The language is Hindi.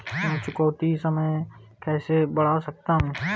मैं चुकौती समय कैसे बढ़ा सकता हूं?